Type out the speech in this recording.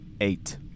Eight